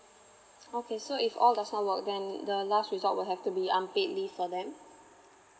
okay so if all does not work then the last resort would have to be unpaid leave for them